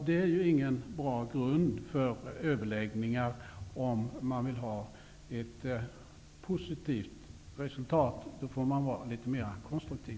Det är ingen bra grund för överläggningar, om man vill ha ett positivt resultat. Då får man vara litet mer konstruktiv.